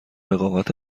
اقامت